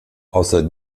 außer